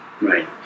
Right